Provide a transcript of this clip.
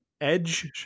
Edge